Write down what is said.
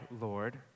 Lord